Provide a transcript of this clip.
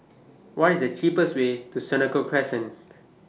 What IS The cheapest Way to Senoko Crescent